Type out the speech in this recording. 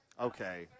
Okay